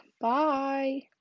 Bye